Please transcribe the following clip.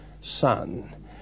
son